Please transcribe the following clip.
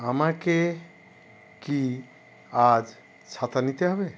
আমাকে কি আজ ছাতা নিতে হবে